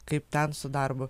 kaip ten su darbu